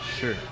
Sure